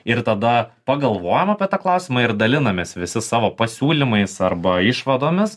ir tada pagalvojam apie tą klausimą ir dalinamės visi savo pasiūlymais arba išvadomis